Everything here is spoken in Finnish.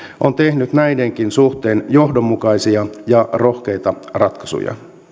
on tehnyt näidenkin suhteen johdonmukaisia ja rohkeita ratkaisuja